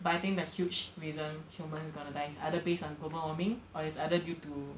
but I think the huge reason humans are gonna die is either based on global warming or it's either due to